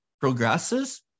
progresses